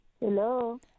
Hello